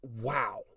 wow